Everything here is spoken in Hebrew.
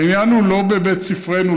העניין הוא לא בבית ספרנו,